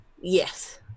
Yes